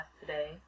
today